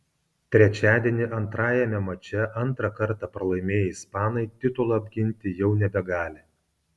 trečiadienį antrajame mače antrą kartą pralaimėję ispanai titulo apginti jau nebegali